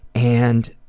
and